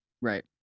right